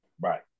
Right